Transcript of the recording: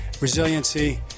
Resiliency